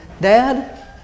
Dad